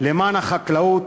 למען החקלאות,